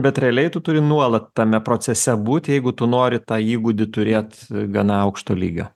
bet realiai tu turi nuolat tame procese būti jeigu tu nori tą įgūdį turėt gana aukšto lygio